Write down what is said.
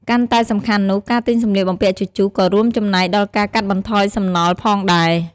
កាន់តែសំខាន់នោះ ការទិញសម្លៀកបំពាក់ជជុះក៏រួមចំណែកដល់ការកាត់បន្ថយសំណល់ផងដែរ។